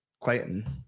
Clayton